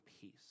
peace